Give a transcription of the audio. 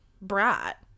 brat